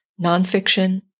nonfiction